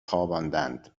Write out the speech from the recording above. خواباندند